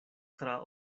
tra